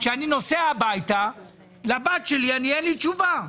שאני נוסע הביתה, לבת שלי אין לי תשובה.